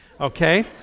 Okay